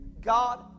God